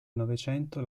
novecento